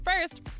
first